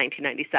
1997